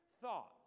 thought